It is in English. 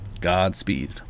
Godspeed